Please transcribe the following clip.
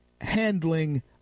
handling